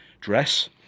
dress